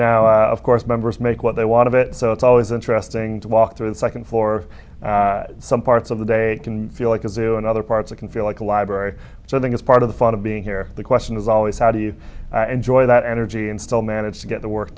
now of course members make what they want of it so it's always interesting to walk through the second floor some parts of the day it can feel like a zoo in other parts of can feel like a library so that is part of the fun of being here the question is always how do you enjoy it energy and still manage to get the work